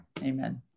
Amen